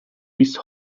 bis